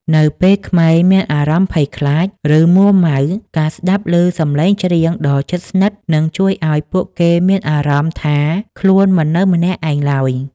នៅពេលក្មេងមានអារម្មណ៍ភ័យខ្លាច ឬមួរម៉ៅ ការស្តាប់ឮសំឡេងច្រៀងដ៏ជិតស្និទ្ធនឹងជួយឱ្យពួកគេមានអារម្មណ៍ថាខ្លួនមិននៅម្នាក់ឯងឡើយ